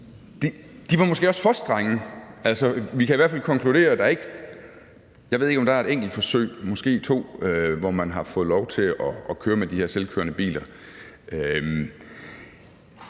De var måske også for strenge. Altså, jeg ved ikke, om der er et enkelt forsøg, måske to, hvor man har fået lov til at køre med de her selvkørende biler.